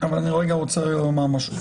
אני רוצה לומר משהו.